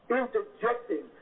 interjecting